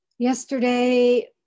Yesterday